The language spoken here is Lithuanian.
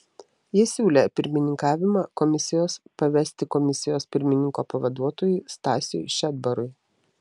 jis siūlė pirmininkavimą komisijos pavesti komisijos pirmininko pavaduotojui stasiui šedbarui